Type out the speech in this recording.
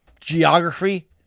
Geography